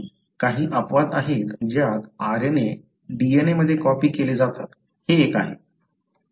काही अपवाद आहेत ज्यात RNA DNA मध्ये कॉपी केले जातात हे एक आहे